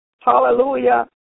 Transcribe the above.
hallelujah